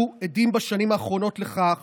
אנחנו עדים בשנים האחרונות לכך